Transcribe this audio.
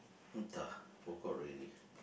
entah forgot already